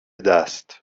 دست